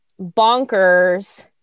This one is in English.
bonkers